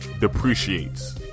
depreciates